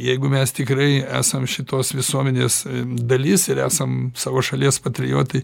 jeigu mes tikrai esam šitos visuomenės dalis ir esam savo šalies patriotai